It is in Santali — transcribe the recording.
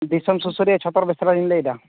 ᱫᱤᱥᱚᱢ ᱥᱩᱥᱟᱹᱨᱤᱭᱟᱹ ᱪᱷᱚᱯᱚᱨ ᱵᱮᱥᱨᱟᱞᱤᱧ ᱞᱟᱹᱭᱮᱫᱟ